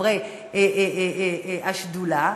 חברי השדולה,